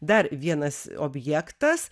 dar vienas objektas